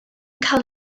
cael